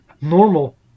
normal